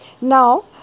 now